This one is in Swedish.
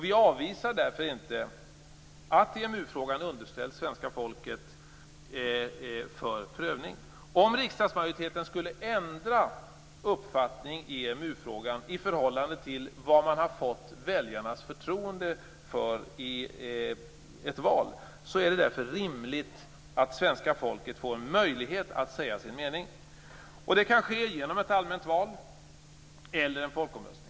Vi avvisar därför inte att EMU-frågan underställs svenska folket för prövning. EMU-frågan i förhållande till vad man har fått väljarnas förtroende för i ett val, är det rimligt att svenska folket får en möjlighet att säga sin mening. Det kan ske genom ett allmänt val eller en folkomröstning.